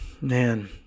Man